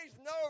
no